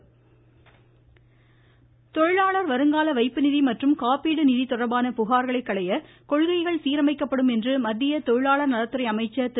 மமமமமம சந்தோஷ்குமார் காங்வார் தொழிலாளர் வருங்கால வைப்புநிதி மற்றும் காப்பீடு நிதி தொடர்பான புகார்களைக் களைய கொள்கைகள் சீரமைக்கப்படும் என்று மத்திய தொழிலாளர் நலத்துறை அமைச்சர் திரு